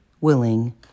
willing